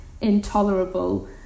intolerable